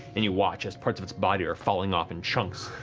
and you watch as parts of its body are falling off in chunks.